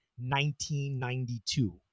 1992